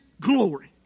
glory